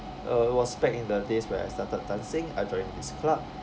uh was back in the days when I started dancing I joined this club